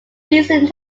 recent